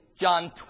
John